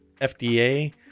fda